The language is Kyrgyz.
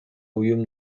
уюм